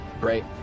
Great